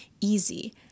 easy